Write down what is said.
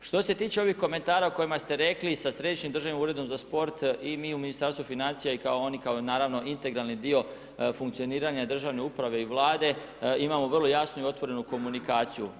Što se tiče ovih komentara o kojima ste rekli sa Središnjim državnim uredom za sport i mi u Ministarstvu financija i oni kao naravno integralni dio funkcioniranja državne uprave i Vlade, imamo vrlo jasnu i otvorenu komunikaciju.